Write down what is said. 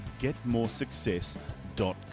getmoresuccess.com